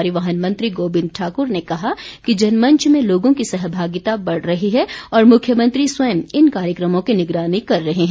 परिवहन मंत्री गोबिंद ठाकुर ने कहा कि जनमंच में लोगों की सहभागिता बढ़ रही है और मुख्यमंत्री स्वयं इन कार्यक्रमों की निगरानी कर रहे हैं